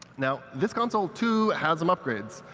now this console two has some upgrades.